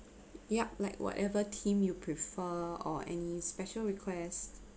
yup like whatever theme you prefer or any special request